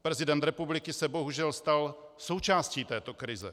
Prezident republiky se bohužel stal součástí této krize.